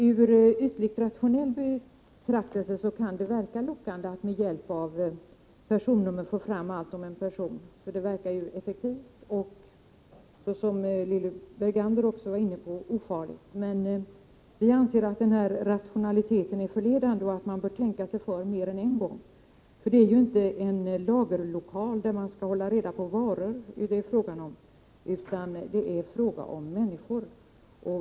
Ur rationalitetssynpunkt kan det verka lockande att med hjälp av personnummer få fram allt om en person; det verkar ju effektivt och — som Lilly Bergander var inne på — ofarligt. Men vi anser att denna rationalitet är förledande och att man bör tänka sig för mer än en gång. Det är ju inte fråga om lagerlokaler, där man skall hålla reda på varor, utan det är fråga om människor.